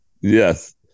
Yes